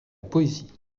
poésie